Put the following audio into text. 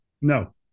No